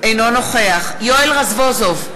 אינו נוכח יואל רזבוזוב,